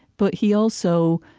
but he also,